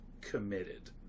committed